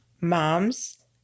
Moms